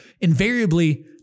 invariably